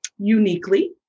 uniquely